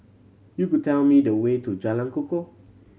you could tell me the way to Jalan Kukoh